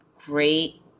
great